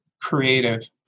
creative